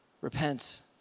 repent